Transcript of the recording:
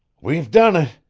we've done it!